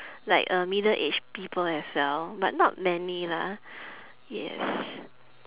like uh middle age people as well but not many lah yes